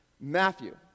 Matthew